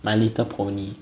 my little pony